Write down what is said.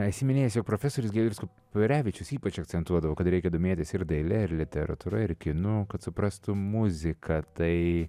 esi minėjęs jog profesorius giedrius kuprevičius ypač akcentuodavo kad reikia domėtis ir daile ir literatūra ir kinu kad suprastum muziką tai